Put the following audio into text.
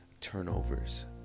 turnovers